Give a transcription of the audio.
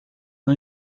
não